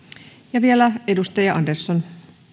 ja vielä edustaja andersson